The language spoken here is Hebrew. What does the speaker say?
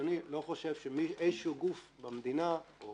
שאדוני לא חושב שאיזשהו גוף במדינה או